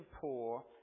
poor